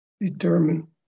determine